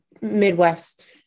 Midwest